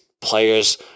players